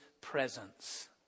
presence